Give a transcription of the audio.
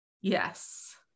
Yes